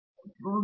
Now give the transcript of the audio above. ನಿರ್ಮಲ ಹೀಗೆ ಹೌದು